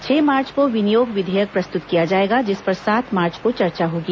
छह मार्च को विनियोग विधेयक प्रस्तुत किया जाएगा जिस पर सात मार्च को चर्चा होगी